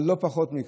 אבל לא פחות מכך,